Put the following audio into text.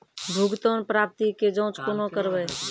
भुगतान प्राप्ति के जाँच कूना करवै?